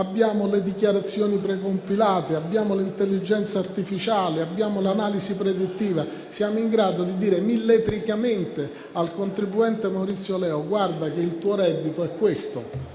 abbiamo le dichiarazioni precompilate; abbiamo l'intelligenza artificiale e l'analisi predittiva. Siamo in grado di dire millimetricamente al contribuente Maurizio Leo: «Questo è il suo reddito e,